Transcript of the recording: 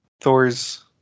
Thor's